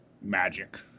Magic